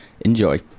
Enjoy